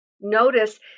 Notice